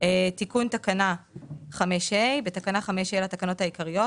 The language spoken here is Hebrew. תיקון תקנה 9ג3. בתקנה 9ג לתקנות העיקריות